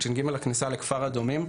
את ש"ג הכניסה לכפר אדומים,